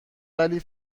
ولی